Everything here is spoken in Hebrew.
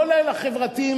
כל אלה החברתיים,